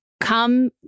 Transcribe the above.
come